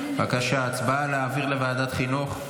בבקשה, הצבעה על העברה לוועדת חינוך.